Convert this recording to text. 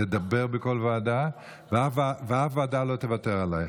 לדבר בכל ועדה, ואף ועדה לא תוותר עלייך.